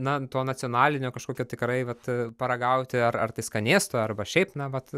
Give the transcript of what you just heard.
na to nacionalinio kažkokio tikrai vat paragauti ar ar tai skanėstų arba šiaip na vat